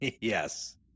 Yes